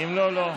אם לא, לא.